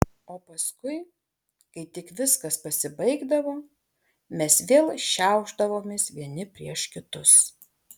o paskui kai tik viskas pasibaigdavo mes vėl šiaušdavomės vieni prieš kitus